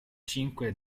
cinque